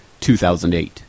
2008